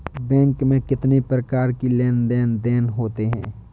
Bank में कितनी प्रकार के लेन देन देन होते हैं?